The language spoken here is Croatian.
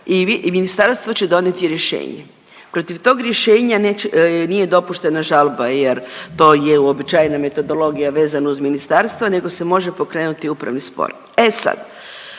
i ministarstvo će donijeti rješenje. Protiv tog rješenja nije dopuštena žalba jer to je uobičajena metodologija vezana uz ministarstvo, nego se može pokrenuti upravni spor.